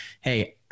hey